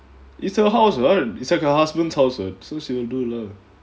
it's her house right it's like her husband's house eh so she will do lah